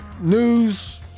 news